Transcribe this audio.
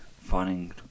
finding